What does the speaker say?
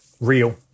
real